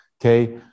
Okay